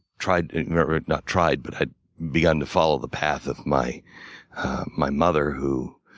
tried not tried, but had begun to follow the path of my my mother, who